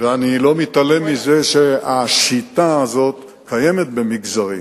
ואני לא מתעלם מזה שהשיטה הזאת קיימת במגזרים.